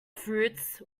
fruits